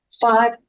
five